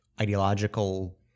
ideological